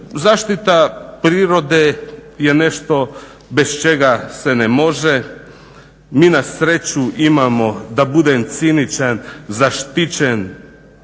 Zaštita prirode je nešto bez čega se ne može. Mi nasreću imamo da budem ciničan zaštićen